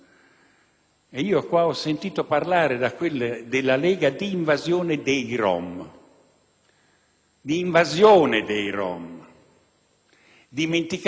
di invasione dei rom, dimenticando che la maggior parte di loro è nata in Italia.